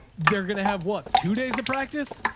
they're going to have what? two days of practice.